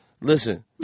listen